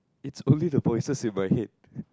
it's only the voices in my head